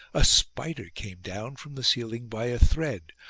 a spider came down from the ceiling by a thread,